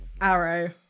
arrow